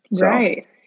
Right